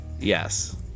Yes